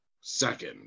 Second